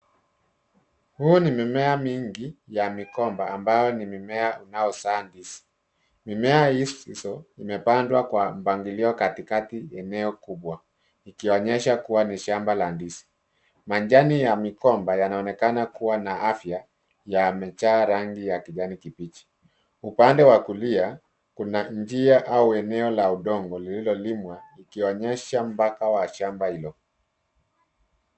Huu ni mimea mingi ya migomba ambayo ni mimea inayozaa ndizi. Mimea hizo imepandwa kwa mpangilio katikati ya eneo kubwa, ikionyesha kuwa ni shamba la ndizi. Majani ya migomba yanaonekana kuwa na afya yamejaa rangi ya kijani kibichi. Upande wa kulia kuna njia au eneo la udongo lililolimwa likionyeshwa mpaka wa shamba hilo.